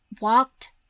walked